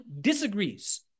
disagrees